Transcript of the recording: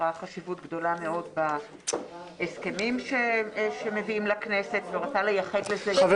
ראה חשיבות גדולה מאוד בהסכמים שמביאים לכנסת ורצה לייחד לזה יום